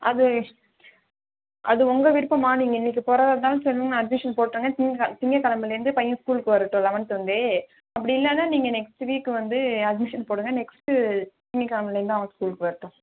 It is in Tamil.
அது அது உங்கள் விருப்பம்மா நீங்கள் இன்றைக்கு போடுறதா இருந்தாலும் சொல்லுங்கள் அட்மிஷன் போட்டுடுங்க திங்க திங்கள்கெழமலேருந்து பையன் ஸ்கூலுக்கு வரட்டும் லெவன்த்து வந்து அப்படி இல்லைனா நீங்கள் நெக்ஸ்ட்டு வீக் வந்து அட்மிஷன் போடுங்கள் நெக்ஸ்ட்டு திங்கள்கெழமலேருந்து அவன் ஸ்கூலுக்கு வரட்டும்